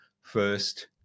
first